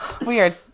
Weird